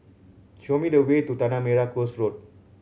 show me the way to Tanah Merah Coast Road